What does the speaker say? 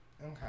Okay